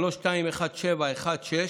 3217/16,